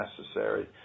necessary